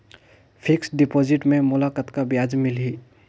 Fixed deposit मे मोला कतका ब्याज मिलही?